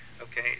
okay